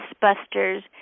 busters